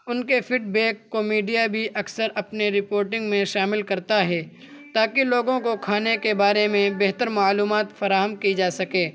ان کے فڈبیک کو میڈیا بھی اکثر اپنے رپورٹنگ میں شامل کرتا ہے تاکہ لوگوں کو کھانے کے بارے میں بہتر معلومات فراہم کی جا سکے